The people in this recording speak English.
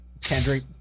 Kendrick